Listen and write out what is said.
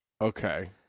Okay